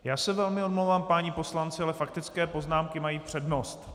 Já se velmi omlouvám, páni poslanci, ale faktické poznámky mají přednost.